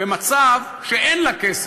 במצב שאין לה כסף,